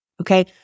Okay